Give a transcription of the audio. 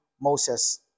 Moses